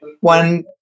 one